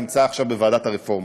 ונמצא עכשיו בוועדת הרפורמות.